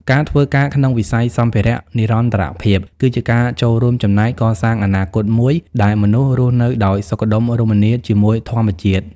ការធ្វើការក្នុងវិស័យសម្ភារៈនិរន្តរភាព គឺជាការចូលរួមចំណែកកសាងអនាគតមួយដែលមនុស្សរស់នៅដោយសុខដុមរមនាជាមួយធម្មជាតិ។